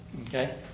okay